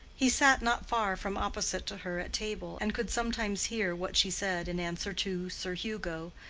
he sat not far from opposite to her at table, and could sometimes hear what she said in answer to sir hugo,